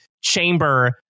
chamber